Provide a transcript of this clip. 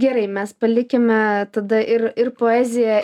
gerai mes palikime tada ir ir poeziją